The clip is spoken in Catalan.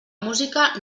música